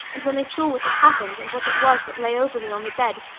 and when they saw what had happened, and what it was that lay over me on the bed,